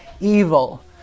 evil